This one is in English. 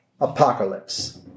apocalypse